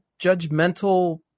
judgmental